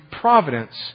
providence